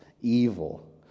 evil